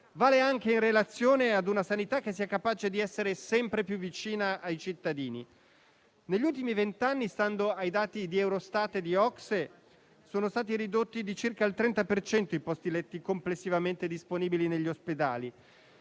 Vale anche in relazione a una sanità che sia capace di essere sempre più vicina ai cittadini. Negli ultimi vent'anni, stando ai dati di Eurostat e di OCSE, sono stati ridotti di circa il 30 per cento i posti letti complessivamente disponibili negli ospedali,